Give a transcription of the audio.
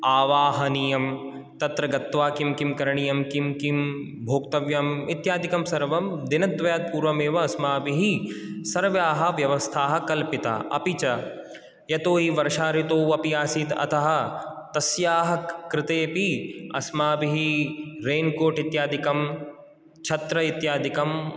आवाहनीयं तत्र गत्वा किं किं करणीयं किं किं भोक्तव्यम् इत्यादिकं सर्वं दिनद्वयात् पूर्वमेव अस्माभिः सर्वाः व्यवस्थाः कल्पिता अपि च यतोहि वर्षाऋतुः अपि आसीत् अतः तस्याः कृते अपि अस्माभिः रेन्कोट् इत्यादिकं छत्र इत्यादिकम्